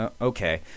okay